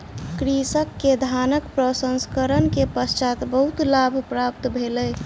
कृषक के धानक प्रसंस्करण के पश्चात बहुत लाभ प्राप्त भेलै